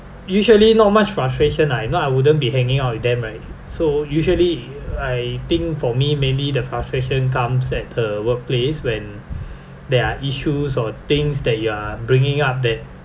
usually not much frustration ah if not I wouldn't be hanging out with them right so usually I think for me mainly the frustration comes at the workplace when there are issues or things that you are bringing up up that